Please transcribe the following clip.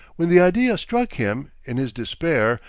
when the idea struck him, in his despair,